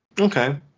Okay